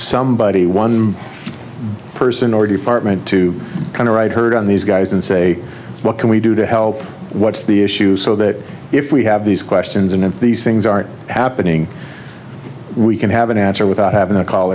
somebody one person or department to kind of ride herd on these guys and say what can we do to help what's the issue so that if we have these questions and these things aren't happening we can have an answer without having the call